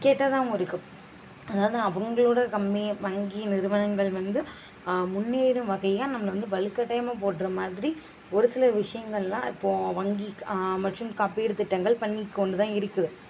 கெட்டதாகவும் இருக்குது அதாவது அவங்களோட கம்மி வங்கி நிறுவனங்கள் வந்து முன்னேறும் வகையாக நம்மளை வந்து வலுக்கட்டாயமாக போடுற மாதிரி ஒரு சில விஷயங்கள்லாம் இப்போது வங்கி மற்றும் காப்பீடு திட்டங்கள் பண்ணிக் கொண்டுதான் இருக்குது